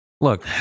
Look